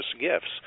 gifts